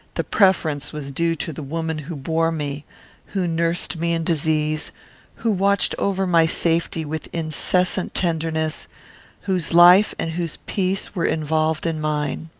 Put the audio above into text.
the preference was due to the woman who bore me who nursed me in disease who watched over my safety with incessant tenderness whose life and whose peace were involved in mine.